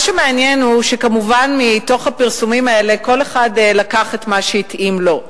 מה שמעניין הוא שכמובן מתוך הפרסומים האלה כל אחד לקח את מה שהתאים לו,